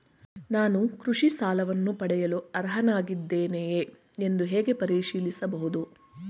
ನಾನು ಕೃಷಿ ಸಾಲವನ್ನು ಪಡೆಯಲು ಅರ್ಹನಾಗಿದ್ದೇನೆಯೇ ಎಂದು ಹೇಗೆ ಪರಿಶೀಲಿಸಬಹುದು?